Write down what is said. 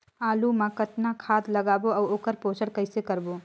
आलू मा कतना खाद लगाबो अउ ओकर पोषण कइसे करबो?